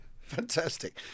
Fantastic